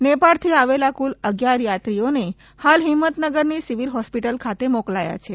નેપાળથી આવેલા કુલ અગિયાર યાત્રીઓને હાલ હિંમતનગરની સિવિલ હોસ્પિટલ ખાતે મોકલાયા છે